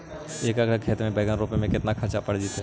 एक एकड़ खेत में बैंगन रोपे में केतना ख़र्चा पड़ जितै?